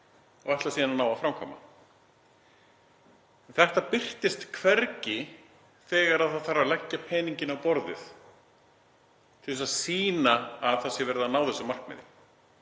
og ætla síðan að ná að framkvæma. Þetta birtist hvergi þegar það þarf að leggja peninginn á borðið til þess að sýna að það sé verið að ná þessu markmiði.